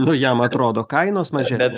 nu jam atrodo kainos mažesnės